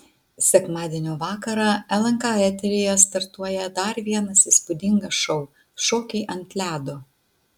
sekmadienio vakarą lnk eteryje startuoja dar vienas įspūdingas šou šokiai ant ledo